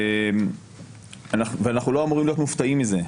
אנחנו לא אמורים להיות מופתעים מזה.